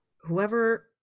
whoever